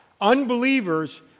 Unbelievers